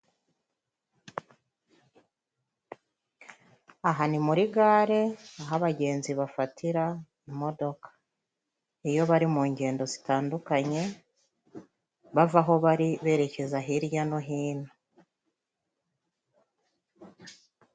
Aha ni muri gare, aho abagenzi bafatira imodoka, iyo bari mu ngendo zitandukanye bava aho bari, berekeza hirya no hino.